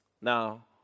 Now